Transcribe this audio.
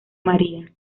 maría